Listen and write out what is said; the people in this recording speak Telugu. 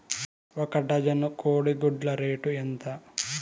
ఒక డజను కోడి గుడ్ల రేటు ఎంత?